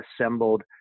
assembled